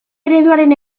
ereduaren